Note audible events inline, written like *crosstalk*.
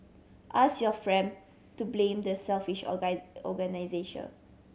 ask your friend to blame the selfish *unintelligible* organiser